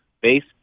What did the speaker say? base